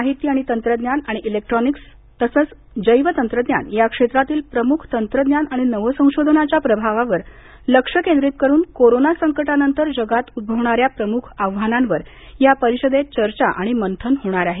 माहिती तंत्रज्ञान आणि इलेक्ट्रॉनिक्स आणि जैवतंत्रज्ञान या क्षेत्रातील प्रमुख तंत्रज्ञान आणि नवसंशोधनाच्या प्रभावावर लक्ष केंद्रित करून कोरोना संकटानंतर जगात उद्भवणाऱ्या प्रमुख आव्हानांवर या परिषदेत चर्चा आणि मंथन होणार आहे